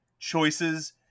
choices